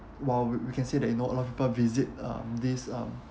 while we we can say that you know a lot of people visit um this um